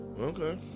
Okay